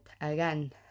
Again